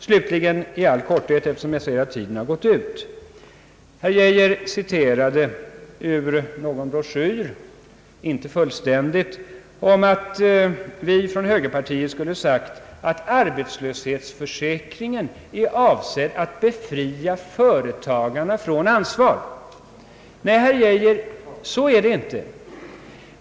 Slutligen vill jag i all korthet — eftersom jag ser att tiden har gått ut — nämna att herr Geijer citerade ur någon broschyr — ehuru inte fullständigt — om att vi från högerpartiet skulle ha sagt att arbetslöshetsförsäkringen är avsedd att befria företagarna från ansvar. Nej, herr Geijer, så är det inte.